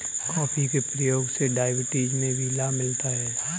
coffee के प्रयोग से डायबिटीज में भी लाभ मिलता है